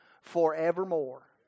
forevermore